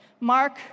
Mark